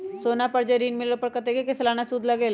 सोना पर जे ऋन मिलेलु ओपर कतेक के सालाना सुद लगेल?